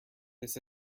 this